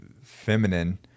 feminine